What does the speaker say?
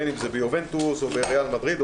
בין אם ביובנטוס או בריאל מדריד,